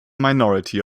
minority